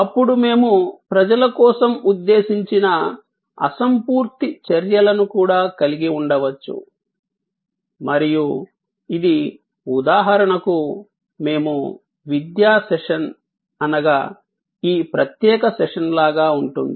ఇప్పుడు మేము ప్రజల కోసం ఉద్దేశించిన అసంపూర్తి చర్యలను కూడా కలిగి ఉండవచ్చు మరియు ఇది ఉదాహరణకు మేము విద్యా సెషన్ అనగా ఈ ప్రత్యేక సెషన్ లాగా ఉంటుంది